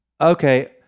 Okay